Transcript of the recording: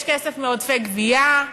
יש כסף מעודפי גבייה,